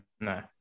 No